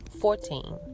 Fourteen